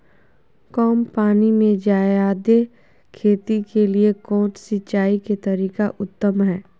कम पानी में जयादे खेती के लिए कौन सिंचाई के तरीका उत्तम है?